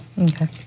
Okay